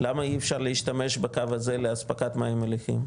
למה אי אפשר להשתמש בקו הזה לאספקת מים מליחים?